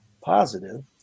positive